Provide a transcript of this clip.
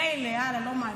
מילא, הלאה, לא מעניין,